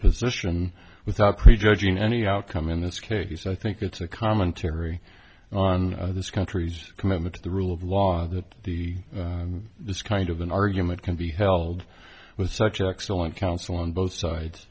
position without prejudging any outcome in this case i think it's a commentary on this country's commitment to the rule of law that the this kind of an argument can be held with such excellent counsel on both sides